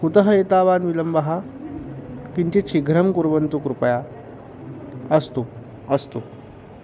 कुतः एतावान् विलम्बः किञ्चित् शीघ्रं कुर्वन्तु कृपया अस्तु अस्तु